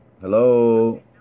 Hello